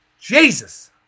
Jesus